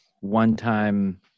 one-time